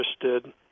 interested